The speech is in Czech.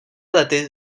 lety